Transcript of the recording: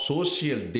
Social